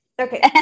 Okay